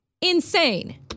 Insane